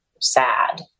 sad